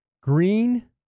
Green